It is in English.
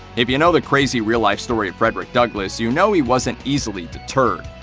if you know the crazy real-life story of frederick douglass, you know he wasn't easily deterred.